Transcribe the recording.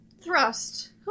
thrust